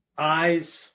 Eyes